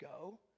go